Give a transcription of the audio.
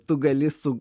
tu gali su